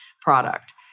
product